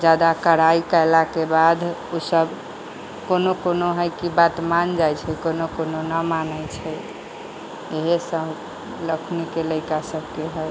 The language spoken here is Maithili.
जादा कड़ाई केला के बाद ओसब कोनो कोनो है की बात मान जाइ छै कोनो कोनो ना मानै छै इहे सब अखनी के लैड़का सबके है